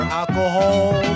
alcohol